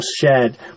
shared